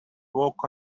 walk